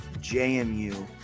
JMU